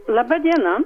laba diena